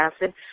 acid